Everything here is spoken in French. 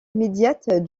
immédiate